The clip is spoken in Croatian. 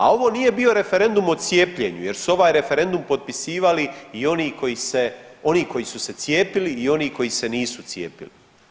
A ovo nije bio referendum o cijepljenju, jer su ovaj referendum potpisivali i oni koji su se cijepili i oni koji se nisu cijepili.